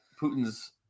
Putin's